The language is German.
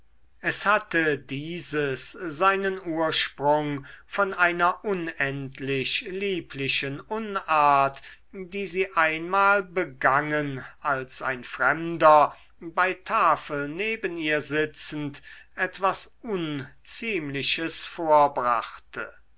es hatte dieses seinen ursprung von einer unendlich lieblichen unart die sie einmal begangen als ein fremder bei tafel neben ihr sitzend etwas unziemliches vorbrachte